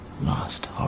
last